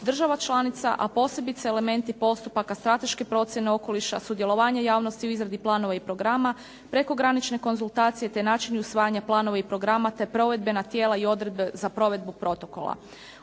država članica, a posebice elementi postupaka strateške procjene okoliša, sudjelovanje javnosti u izradi plana i programa, preko granične konzultacije te načinu usvajanja plana i programa, te provedbena tijela i odredbe za provedbu protokola.